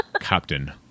Captain